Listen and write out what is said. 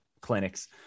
clinics